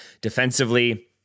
defensively